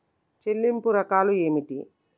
చెల్లింపు రకాలు ఏమిటి?